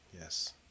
Yes